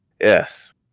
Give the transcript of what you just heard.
yes